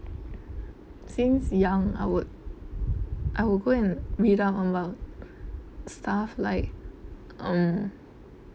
since young I would I would go and read up stuff like um